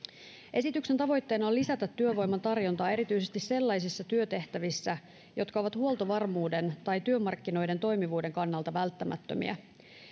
esityksen tavoitteena on lisätä työvoiman tarjontaa erityisesti sellaisissa työtehtävissä jotka ovat huoltovarmuuden tai työmarkkinoiden toimivuuden kannalta välttämättömiä